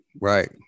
Right